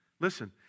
Listen